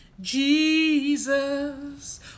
Jesus